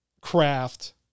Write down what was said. craft